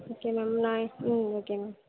okay ma'am நான் ம் okay ma'am